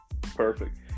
Perfect